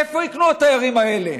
איפה יקנו התיירים האלה?